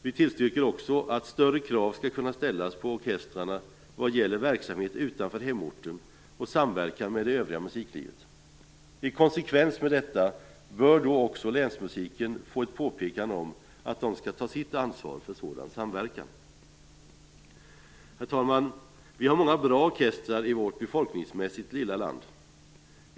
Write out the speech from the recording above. Vi tillstyrker också att större krav skall kunna ställas på orkestrarna vad gäller verksamhet utanför hemorten och samverkan med det övriga musiklivet. I konsekvens med detta bör också Länsmusiken få ett påpekande om att man skall ta sitt ansvar för sådan samverkan. Herr talman! Det finns många bra orkestrar i vårt befolkningsmässigt lilla land.